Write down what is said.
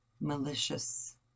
malicious